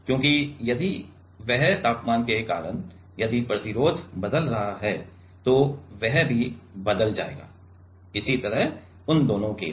क्योंकि यदि वह तापमान के कारण यदि प्रतिरोध बदल रहा है तो वह भी बदल जाएगा इसी तरह उन दोनों के लिए